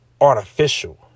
artificial